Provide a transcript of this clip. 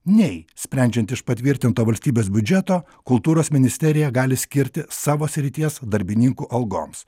nei sprendžiant iš patvirtinto valstybės biudžeto kultūros ministerija gali skirti savo srities darbininkų algoms